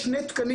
יש שני תקנים